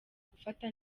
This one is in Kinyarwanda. gufata